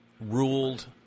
ruled